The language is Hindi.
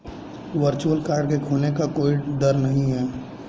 वर्चुअल कार्ड के खोने का कोई दर नहीं है